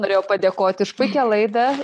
norėjau padėkoti už puikią laidą